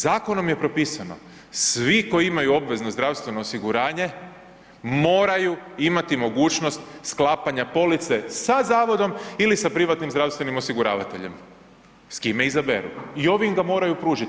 Zakonom je propisano, svi koji imaju obvezno zdravstveno osiguranje, moraju imati mogućnost sklapanja police sa zavodom ili sa privatnim zdravstvenim osiguravateljem, s kime izaberu i ovi im ga moraju pružiti.